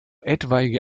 etwaige